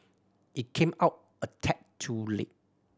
it came out a tad too late